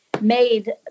made